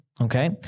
okay